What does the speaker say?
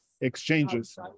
exchanges